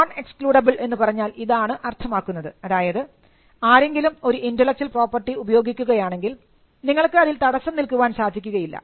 non excludable എന്നു പറഞ്ഞാൽ ഇതാണ് അർത്ഥമാക്കുന്നത് അതായത് ആരെങ്കിലും ഒരു ഇന്റെലക്ച്വൽ പ്രോപ്പർട്ടി ഉപയോഗിക്കുകയാണെങ്കിൽ നിങ്ങൾക്ക് അതിൽ തടസ്സം നിൽക്കാൻ സാധിക്കുകയില്ല